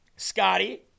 Scotty